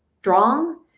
strong